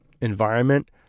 environment